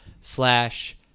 slash